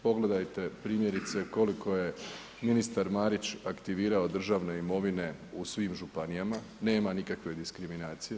Pogledajte primjerice, koliko je ministar Marić aktivirao državne imovine u svim županijama, nema nikakve diskriminacije.